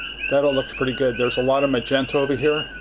that all looks pretty good. there's a lot of magenta over here.